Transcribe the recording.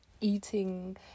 Eating